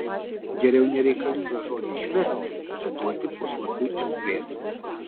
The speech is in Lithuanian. geriau nereikalingą žodį išmesti bet duoti puslapiui erdvės